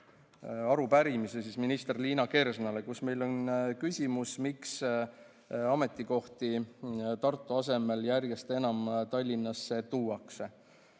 arupärimise minister Liina Kersnale, kus meil on küsimus, miks ametikohti Tartu asemel järjest enam Tallinnasse tuuakse.